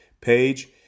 page